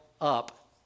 up